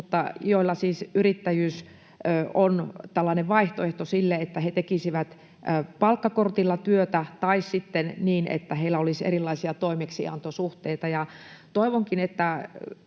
mutta joille siis yrittäjyys on vaihtoehto sille, että he tekisivät palkkakortilla työtä tai sitten niin, että heillä olisi erilaisia toimeksiantosuhteita. Toivonkin —